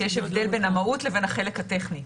שיש הבדל בין המהות לבין החלק הטכני.